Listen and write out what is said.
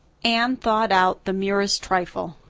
anne thawed out the merest trifle.